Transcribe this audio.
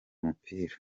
umupira